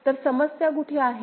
तर समस्या कुठे आहे